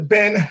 Ben